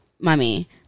mummy